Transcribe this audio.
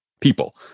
people